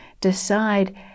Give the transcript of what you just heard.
decide